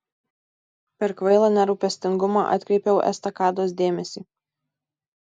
per kvailą nerūpestingumą atkreipiau estakados dėmesį